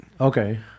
Okay